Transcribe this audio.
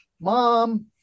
Mom